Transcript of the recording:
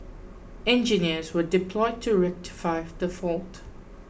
engineers were deployed to rectify the fault